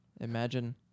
imagine